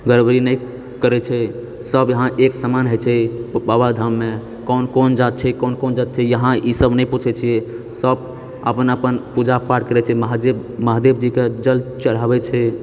गड़बड़ी नहि करैत छै सब यहाँ एक समान होइत छै बाबाधाममे कौन कौन जात छै कौन कौन जात छै यहाँ ई सब नहि पुछैत छियै सब अपन अपन पूजापाठ करैत छै महादेव जी कऽ जल चढ़ाबै छै